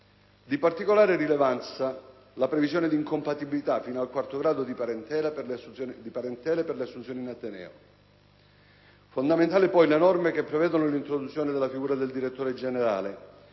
Di particolare rilevanza è la previsione di incompatibilità fino al quarto grado di parentela per le assunzioni in ateneo. Sono fondamentali, poi, le norme che prevedono l'introduzione della figura del direttore generale,